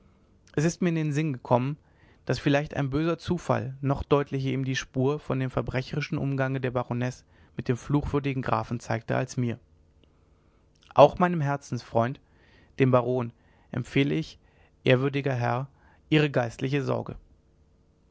es ist mir in den sinn gekommen daß vielleicht ein böser zufall noch deutlicher ihm die spur von dem verbrecherischen umgange der baronesse mit dem fluchwürdigen grafen zeigte als mir auch meinen herzensfreund den baron empfehle ich ehrwürdiger herr ihrer geistlichen sorge